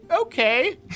okay